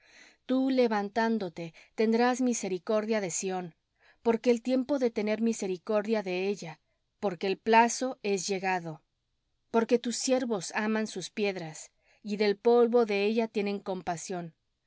tú levantándote tendrás misericordia de sión porque el tiempo de tener misericordia de ella porque el plazo es llegado porque tus siervos aman sus piedras y del polvo de ella tienen compasión